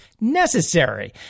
necessary